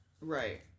right